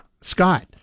Scott